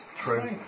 True